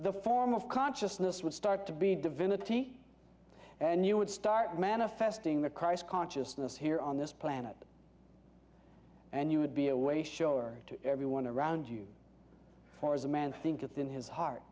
the form of consciousness would start to be divinity and you would start manifesting the christ consciousness here on this planet and you would be a way to show or to everyone around you for as a man thinketh in his heart